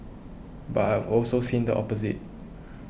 but I have also seen the opposite